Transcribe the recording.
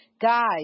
Guys